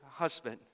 husband